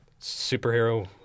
superhero